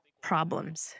problems